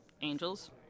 Angels